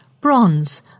bronze